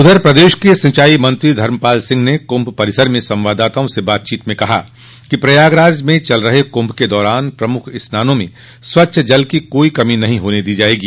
उधर प्रदेश के सिंचाई मंत्री धर्मपाल सिंह ने कुंभ परिसर में संवाददाताओं से बातचीत में कहा कि प्रयागराज में चल रहे कुंभ के दौरान प्रमुख स्नानों में स्वच्छ जल की कोई कमी नहीं होने दी जायेगी